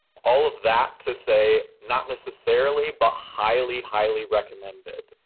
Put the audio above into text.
all of that to say not necessarily but highly, highly recommended.